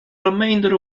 remainder